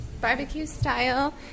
barbecue-style